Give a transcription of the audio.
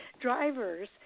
drivers